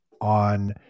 on